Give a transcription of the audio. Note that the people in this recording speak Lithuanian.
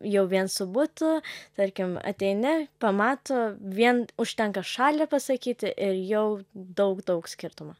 jau vien su butu tarkim ateini pamato vien užtenka šalį pasakyti ir jau daug daug skirtumų